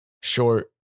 short